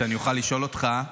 שאוכל לשאול אותך ------ לא,